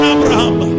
Abraham